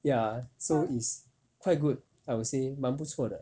ya so it's quite good I would say 蛮不错的